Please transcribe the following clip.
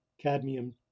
Cadmium